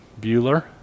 Bueller